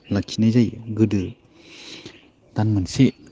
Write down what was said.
लाखिनाय जायो गोदो दान मोनसे